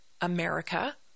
America